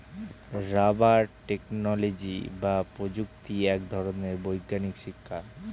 rubber technology বা প্রযুক্তি এক ধরনের বৈজ্ঞানিক শিক্ষা